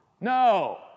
No